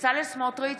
בצלאל סמוטריץ'